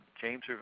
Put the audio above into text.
James